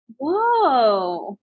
Whoa